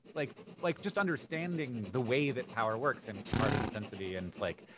like like just understanding the way that power works and carbon intensity and, like,